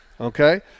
okay